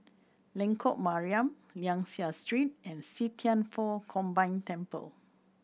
Lengkok Mariam Liang Seah Street and See Thian Foh Combined Temple